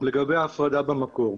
לגבי ההפרדה במקור.